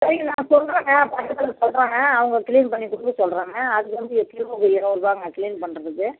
சரிங்க நான் சொல்கிறேங்க பக்கத்தில் சொல்கிறேங்க அவங்க க்ளீன் பண்ணி கொடுக்க சொல்கிறேங்க அதுக்கு வந்து எப்படியும் ஒரு இருபதுருபாய்ங்க க்ளீன் பண்ணுறதுக்கு